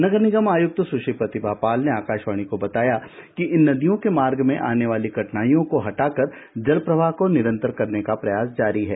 नगर निगम आयुक्त सुश्री प्रतिभा पाल ने आकाशवाणी को बताया कि इन नदियों के मार्ग में आने वाली कठिनाइयों को हटा कर जल प्रवाह को निरंतर करने का प्रयास जारी है